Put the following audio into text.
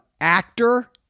actor